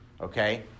okay